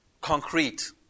concrete